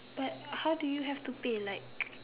but how do you have to pay like